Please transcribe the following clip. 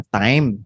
time